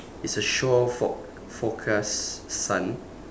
it's a shore forec~ forecast sun